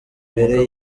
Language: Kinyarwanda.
mbere